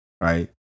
right